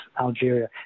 Algeria